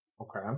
Okay